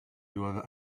doivent